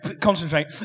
concentrate